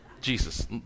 Jesus